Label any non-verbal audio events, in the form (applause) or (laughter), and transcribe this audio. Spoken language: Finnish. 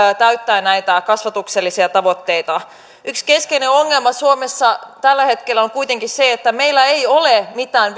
täyttää näitä kasvatuksellisia tavoitteita yksi keskeinen ongelma suomessa tällä hetkellä on kuitenkin se että meillä ei ole mitään (unintelligible)